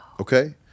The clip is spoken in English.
Okay